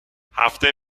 هفته